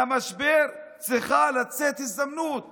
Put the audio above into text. מהמשבר צריכה לצאת הזדמנות